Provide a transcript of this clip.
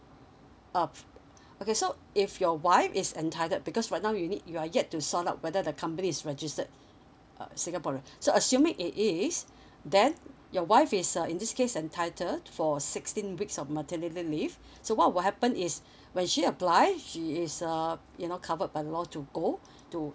uh okay so if your wife is entitled because right now you need you are yet to sort out whether the company is registered uh singaporean so assuming it is then your wife is uh in this case entitle for sixteen weeks of maternity leave so what will happen is when she apply she is uh you know covered by the law to go to